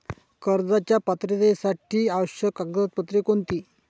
कर्जाच्या पात्रतेसाठी आवश्यक कागदपत्रे कोणती?